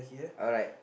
alright